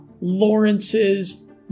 Lawrence's